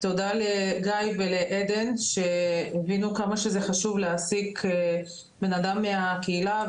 תודה לגיא ולעדן שהבינו כמה שזה חשוב להעסיק בן אדם מהקהילה,